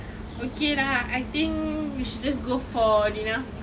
okay lah I think we should just go for dinner